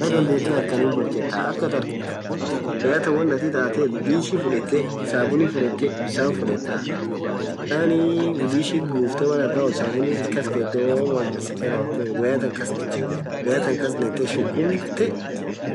Woyya dhandhethe harkan hin borchaaath akha atthin harkhan borchethuu woyya than won itathethu dhishi fudhethee sabunii fudhethee bisan fudhethaa bisani dhishit bufthee Mal athin rawothu sabuni ithi kaskateee woo Omo ijisithe rawothethu woyya than kasnethaa shukhumtee